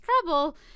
trouble